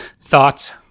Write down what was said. Thoughts